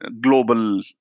global